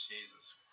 Jesus